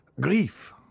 grief